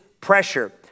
pressure